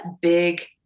big